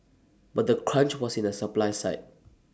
but the crunch was in the supply side